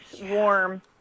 warm